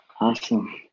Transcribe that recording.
awesome